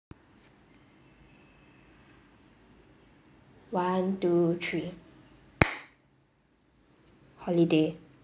one two three holiday